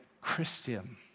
Christian